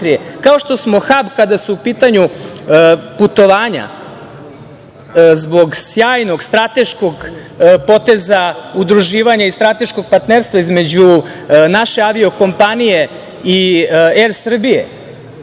Kao što smo hab kada su u pitanju putovanja, zbog sjajnog strateškog poteza udruživanja i strateškog partnerstva između nađe avio kompanije i Er Srbije.